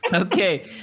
Okay